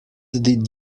did